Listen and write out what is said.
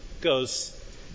goes